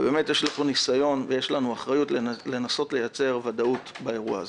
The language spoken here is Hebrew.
ובאמת יש לנו ניסיון ואחריות לנסות לייצר ודאות באירוע הזה.